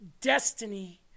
destiny